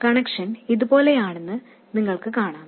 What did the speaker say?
connection ഇതുപോലെയാണെന്ന് നിങ്ങൾക്ക് കാണാം